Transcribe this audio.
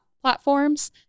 platforms